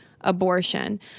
abortion